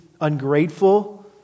ungrateful